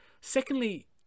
secondly